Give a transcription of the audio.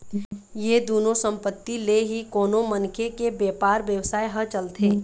ये दुनो संपत्ति ले ही कोनो मनखे के बेपार बेवसाय ह चलथे